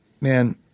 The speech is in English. man